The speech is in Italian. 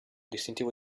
distintivo